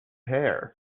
hair